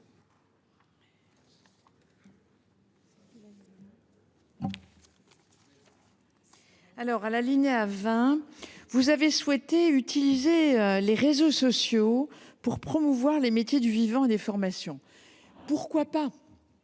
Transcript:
des affaires économiques a souhaité utiliser les réseaux sociaux pour promouvoir les métiers du vivant et les formations. Pourquoi pas ?